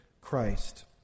Christ